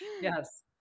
Yes